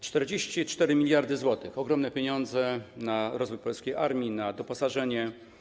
44 mld zł, ogromne pieniądze na rozwój polskiej armii, na doposażanie.